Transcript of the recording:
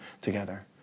together